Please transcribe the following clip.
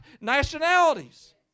nationalities